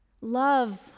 Love